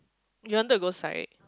you wanted to go psych